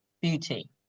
beauty